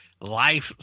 life